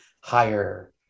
higher